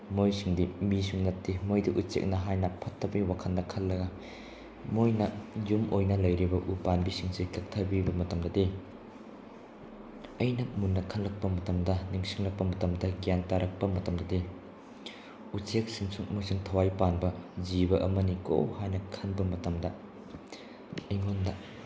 ꯃꯣꯏꯁꯤꯡꯗꯤ ꯃꯤꯁꯨ ꯅꯠꯇꯦ ꯃꯣꯏꯗꯤ ꯎꯆꯦꯛꯅ ꯍꯥꯏꯅ ꯐꯠꯇꯕꯒꯤ ꯋꯥꯈꯜꯗ ꯈꯜꯂꯒ ꯃꯣꯏꯅ ꯌꯨꯝ ꯑꯣꯏꯅ ꯂꯩꯔꯤꯕ ꯎꯄꯥꯝꯕꯤꯁꯤꯡꯁꯦ ꯀꯛꯊꯕꯤꯕ ꯃꯇꯝꯗꯗꯤ ꯑꯩꯅ ꯃꯨꯟꯅ ꯈꯜꯂꯛꯄ ꯃꯇꯝꯗ ꯅꯤꯡꯁꯤꯡꯂꯛꯄ ꯃꯇꯝꯗ ꯒ꯭ꯌꯥꯟ ꯇꯥꯔꯛꯄ ꯃꯇꯝꯗꯗꯤ ꯎꯆꯦꯛꯁꯤꯡꯁꯨ ꯃꯣꯏꯁꯨ ꯊꯋꯥꯏ ꯄꯥꯟꯕ ꯖꯤꯕ ꯑꯃꯅꯤꯀꯣ ꯍꯥꯏꯅ ꯈꯟꯕ ꯃꯇꯝꯗ ꯑꯩꯉꯣꯟꯗ